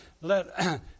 let